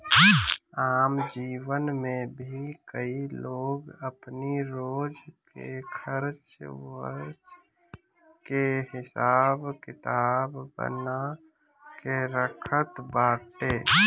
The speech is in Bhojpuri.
आम जीवन में भी कई लोग अपनी रोज के खर्च वर्च के हिसाब किताब बना के रखत बाटे